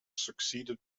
succeeded